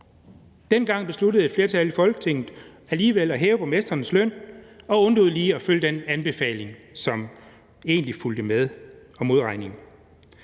Dengang besluttede et flertal i Folketinget alligevel at hæve borgmestrenes løn og undlod lige at følge den anbefaling, som egentlig fulgte med, om modregning.